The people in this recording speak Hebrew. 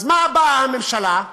אז לְמה באה הממשלה?